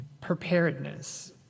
preparedness